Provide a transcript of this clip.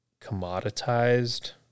commoditized